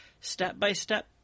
step-by-step